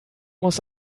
muss